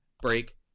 break